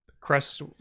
crest